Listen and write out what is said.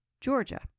Georgia